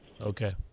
Okay